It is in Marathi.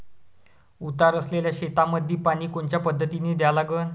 उतार असलेल्या शेतामंदी पानी कोनच्या पद्धतीने द्या लागन?